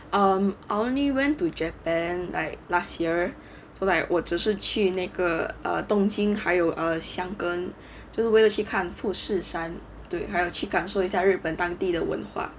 I only went to japan like last year so like 我只是去那个 err 东京还有 err 箱根就是为了去看富士山对还要去感受一下日本当地的文化